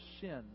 sin